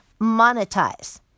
monetize